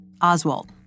Oswald